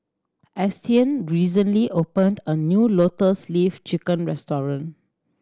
Austyn recently opened a new Lotus Leaf Chicken restaurant